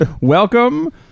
Welcome